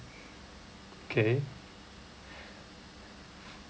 okay